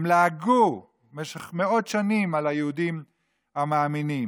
הם לעגו במשך מאות שנים ליהודים המאמינים,